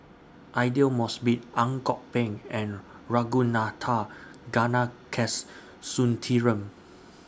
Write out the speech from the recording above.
Aidli Mosbit Ang Kok Peng and Ragunathar Kanagasuntheram